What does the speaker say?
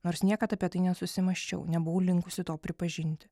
nors niekad apie tai nesusimąsčiau nebuvau linkusi to pripažinti